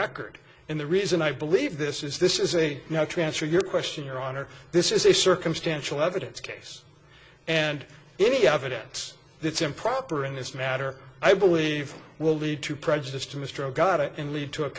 record in the reason i believe this is this is a now to answer your question your honor this is a circumstantial evidence case and any evidence that's improper in this matter i believe will lead to prejudice to mr a god it can lead to a